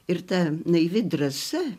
ir ta naivi drąsa